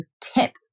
tip